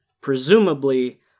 Presumably